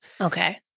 Okay